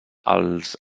als